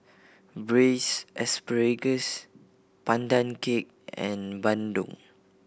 braise asparagus Pandan Cake and bandung